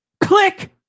click